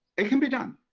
it can be done.